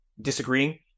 disagreeing